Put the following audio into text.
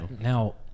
Now